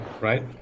right